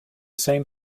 same